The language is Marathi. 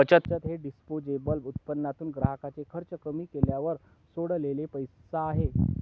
बचत हे डिस्पोजेबल उत्पन्नातून ग्राहकाचे खर्च कमी केल्यावर सोडलेला पैसा आहे